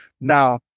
Now